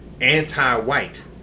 anti-white